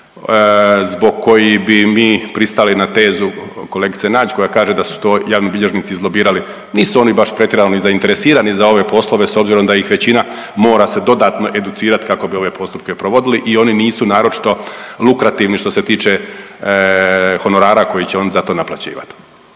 zbog kojih bi mi pristali na tezu kolegice Nađ koja kaže da su to javni bilježnici izlobirali. Nisu oni baš pretjerano ni zainteresirani za ove poslove s obzirom da ih većina mora se dodatno educirati kako bi ove postupke provodili i oni nisu naročito lukrativni što se tiče honorara koji će oni za to naplaćivati.